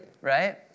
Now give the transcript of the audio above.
right